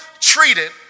treated